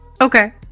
okay